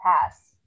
pass